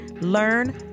learn